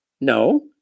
No